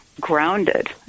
grounded